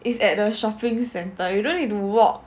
it's at a shopping centre you don't need to walk